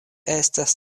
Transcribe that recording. estas